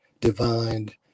divined